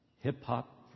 Hip-hop